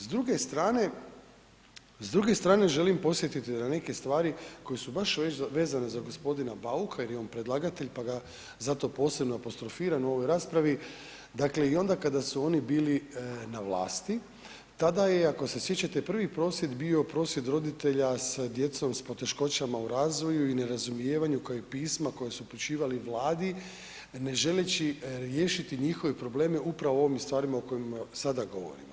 S druge strane želim podsjetiti na neke stvari koje su baš vezane za g. Bauka jer je on predlagatelj, pa ga zato posebno apostrofiram u ovoj raspravi, dakle i onda kada su oni bili na vlasti tada je, ako se sjećate prvi prosvjed bio prosvjed roditelja sa djecom s poteškoćama u razvoju i nerazumijevanju, kao i pisma koja su upućivali Vladi ne želeći riješiti njihove probleme upravo u ovim stvarima o kojima sada govorim.